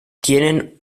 tienen